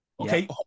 Okay